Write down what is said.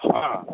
ஆ